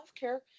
healthcare